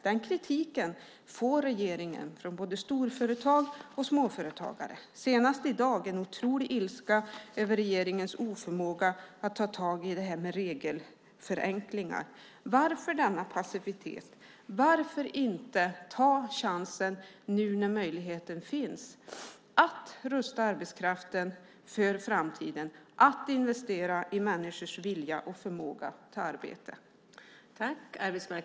Den kritiken får regeringen från både storföretag och småföretagare, senast i dag med en otrolig ilska över regeringens oförmåga att ta tag i detta med regelförenklingar. Varför denna passivitet? Varför inte ta chansen nu när möjligheten finns att rusta arbetskraften för framtiden och investera i människors vilja och förmåga till arbete?